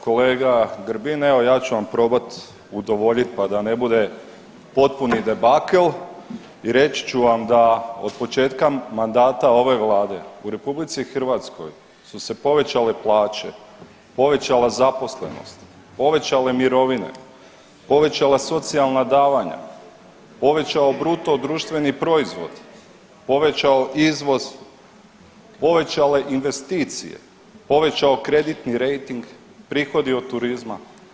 Kolega Grbin, evo ja ću vam probati udovoljiti pa da ne bude potpuni debakl i reći ću vam da od početka mandata ove Vlada u RH su se povećale plaće, povećala zaposlenost, povećale mirovine, povećala socijalna davanja, povećao BDP, povećao iznos, povećale investicije, povećao kreditni rejting, prihodi od turizma.